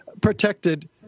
protected